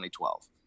2012